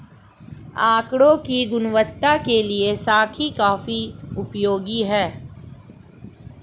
आकड़ों की गुणवत्ता के लिए सांख्यिकी काफी उपयोगी है